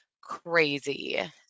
crazy